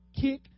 kick